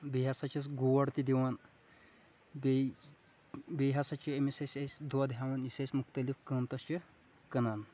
بیٚیہِ ہسا چھِس گوڑ تہِ دِوان بیٚیہِ بیٚیہِ ہسا چھِ أمِس أسۍ دۄد تہِ ہیٚوان یُس أسۍ مختلف قٍمتس چھِ کِٕنان